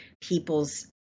people's